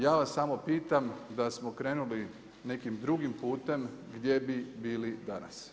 Ja vas samo pitam, da smo krenuli nekim drugim putem gdje bi bili danas?